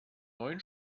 neun